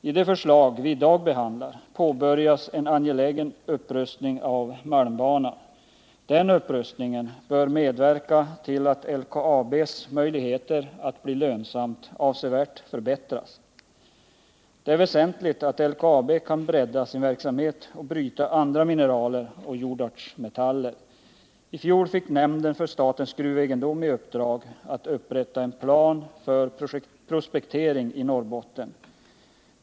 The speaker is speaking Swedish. I det förslag vi i dag behandlar påbörjas en angelägen upprustning av malmbanan. Den upprustningen bör medverka till att LKAB:s möjligheter att bli lönsamt avsevärt förbättras. Det är väsentligt att LKAB kan bredda sin verksamhet och bryta andra mineral och jordartsmetaller. I fjol fick nämnden för statens gruvegendom i uppdrag att upprätta en plan för prospektering i Norrbotten.